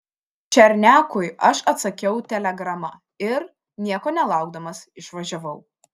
černiakui aš atsakiau telegrama ir nieko nelaukdamas išvažiavau